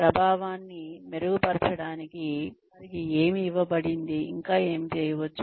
ప్రభావాన్ని మెరుగుపరచడానికి వారికి ఏమి ఇవ్వబడింది ఇంకా ఏమి చేయవచ్చు